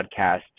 podcast